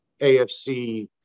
AFC